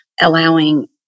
allowing